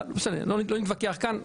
לא נתווכח כאן.